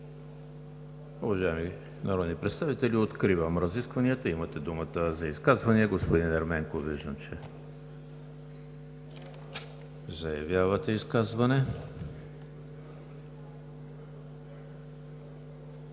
Уважаеми народни представители, откривам разискванията. Имате думата за изказвания. Господин Ерменков, виждам, че заявявате изказване.